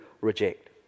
reject